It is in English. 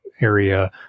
area